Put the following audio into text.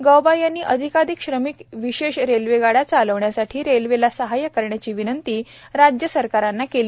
गौबा यांनी अधिकाधिक श्रमिक विशेष रेल्वेगाड्या चालविण्यासाठी रेल्वेला सहाय्य करण्याची विनंती राज्य सरकारांना केली